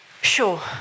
sure